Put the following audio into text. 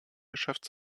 geschäft